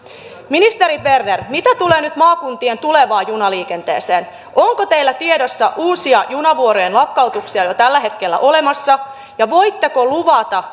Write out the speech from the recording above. ministeri berner mitä tulee nyt maakuntien tulevaan junaliikenteeseen onko teillä tiedossa uusia junavuorojen lakkautuksia jo tällä hetkellä ja voitteko luvata